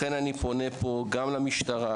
לכן אני פונה פה גם למשטרה,